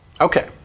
Okay